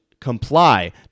comply